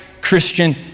Christian